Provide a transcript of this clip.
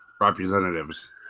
representatives